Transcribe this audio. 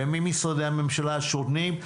וממשרדי הממשלה השונים,